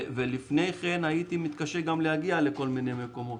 לפני כן, הייתי מתקשה גם להגיע לכל מיני מקומות.